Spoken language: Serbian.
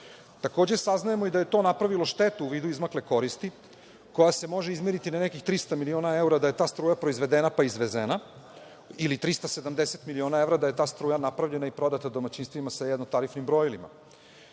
Takođe, saznajemo da je to napravilo štetu u vidu izmakle koristi koja se može izmeriti na nekih 300 miliona eura da je ta struja proizvedena pa izvezena ili 370 miliona evra da je ta struja napravljena i prodata domaćinstvima sa jednotarifnim brojilima. Takođe,